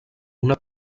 una